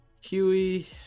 Huey